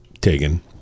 taken